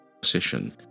Position